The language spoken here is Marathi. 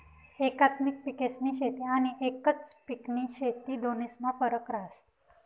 एकात्मिक पिकेस्नी शेती आनी एकच पिकनी शेती दोन्हीस्मा फरक रहास